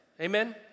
Amen